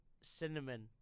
Cinnamon